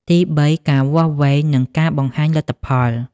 ទីបី ការវាស់វែង និងការបង្ហាញលទ្ធផល។